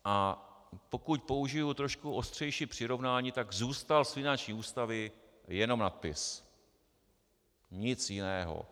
A pokud použiji trošku ostřejší přirovnání, tak zůstal z finanční ústavy jenom nadpis, nic jiného.